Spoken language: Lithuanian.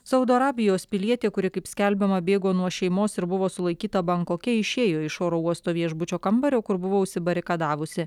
saudo arabijos pilietė kuri kaip skelbiama bėgo nuo šeimos ir buvo sulaikyta bankoke išėjo iš oro uosto viešbučio kambario kur buvo užsibarikadavusi